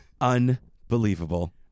Unbelievable